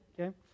okay